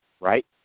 right